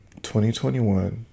2021